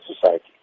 society